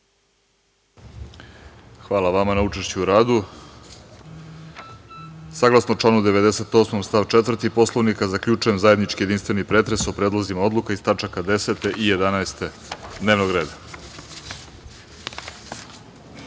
Hvala vama na učešću u radu. Saglasno članu 98. stav 4. Poslovnika, zaključujem zajednički jedinstveni pretres o predlozima odluka iz tačaka 10. i 11. dnevnog